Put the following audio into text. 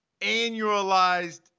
annualized